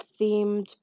themed